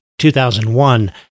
2001